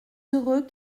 heureux